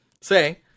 say